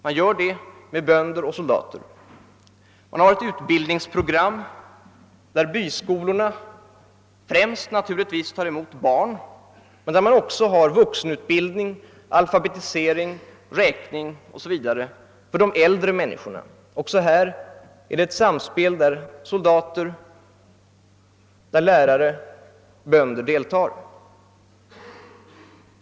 Man gör det med bönder och soldater, och man har ett utbildningsprogram där byskolorna främst naturligtvis tar emot barn men där man också har vuxenutbildning, alfabetisering, räkning 0. s. Vv. för de äldre människorna. Också här är det ett intimt samarbete där soldater, lärare och bönder deltar.